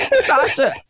Sasha